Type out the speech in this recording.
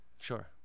sure